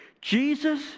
Jesus